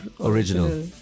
original